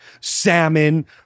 salmon